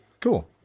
Cool